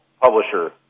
publisher